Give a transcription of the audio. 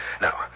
Now